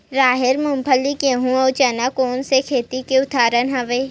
राहेर, मूंगफली, गेहूं, अउ चना कोन सा खेती के उदाहरण आवे?